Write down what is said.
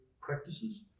practices